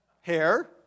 Hair